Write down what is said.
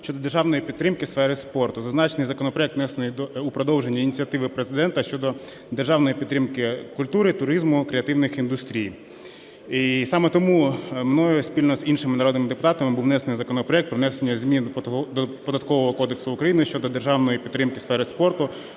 щодо державної підтримки сфери спорту. Зазначений законопроект внесений у продовження ініціативи Президента щодо державної підтримки культури, туризму, креативних індустрій. І саме тому мною спільно з іншими народними депутатами був внесений законопроект про внесення змін до Податкового кодексу України щодо державної підтримки сфери спорту,